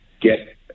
get